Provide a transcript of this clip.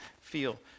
feel